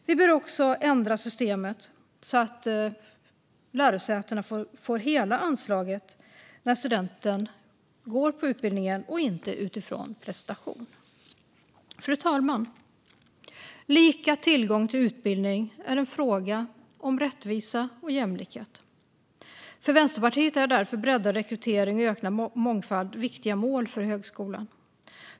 Vi bör också ändra systemet så att lärosätena får hela anslaget när studenten går utbildningen, inte utifrån prestation. Fru talman! Lika tillgång till utbildning är en fråga om rättvisa och jämlikhet. För Vänsterpartiet är därför breddad rekrytering och ökad mångfald viktiga mål för högskolan.